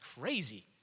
crazy